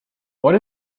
what